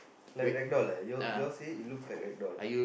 like ragdoll ah you all you all say it looks like ragdoll